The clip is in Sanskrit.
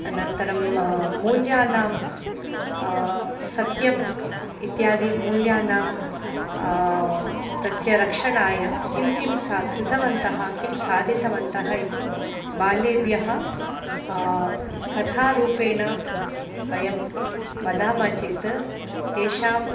अनन्तरं मूल्यानां सत्यम् इत्यादिमूल्यानां तस्य रक्षणाय किं किं सा कृतवन्तः किं साधितवन्तः इति बाल्येभ्यः कथारूपेण वयं वदामः चेत् तेषाम्